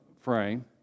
frame